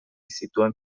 zituen